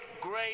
great